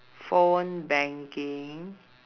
phone banking